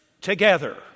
together